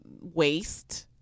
waste